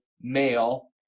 male